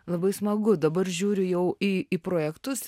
labai smagu dabar žiūriu jau į į projektus